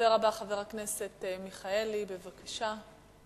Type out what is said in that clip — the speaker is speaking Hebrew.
הדובר הבא, חבר הכנסת מיכאלי, בבקשה.